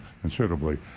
considerably